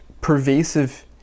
pervasive